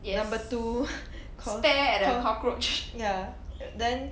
number two call call ya then